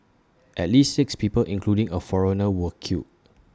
at least six people including A foreigner were killed